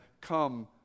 come